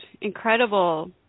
incredible